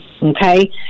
Okay